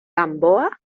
gamboa